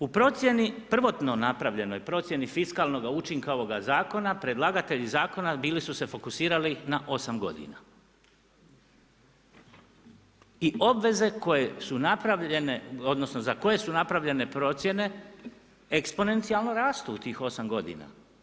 U procjeni, prvotno napravljenoj procjeni fiskalnoga učinka ovoga zakona predlagatelji zakona bili su se fokusirali na 8 godina i obveze koje su napravljene odnosno za koje su napravljene procjene eksponencijalno rastu u tih 8 godina.